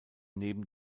neben